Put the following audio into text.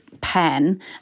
pen